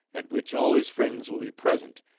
at which all his friends will be present,